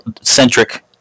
centric